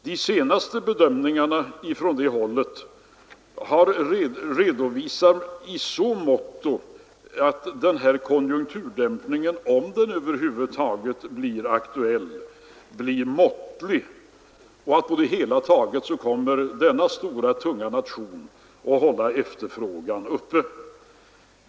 De senaste bedömningarna från det hållet redovisar att den här konjunkturdämpningen, om den över huvud taget blir aktuell, blir måttlig och att denna stora, tunga nation på det hela taget kommer att hålla efterfrågan uppe.